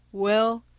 well,